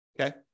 Okay